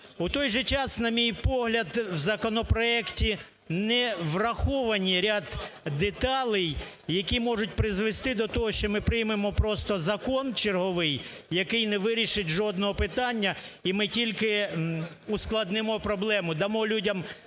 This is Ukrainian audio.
В той же час, на мій погляд, в законопроекті не враховано ряд деталей, які можуть призвести до того, що ми приймемо просто закон черговий, який не вирішить жодного питання, і ми тільки ускладнимо проблему, дамо людям надію,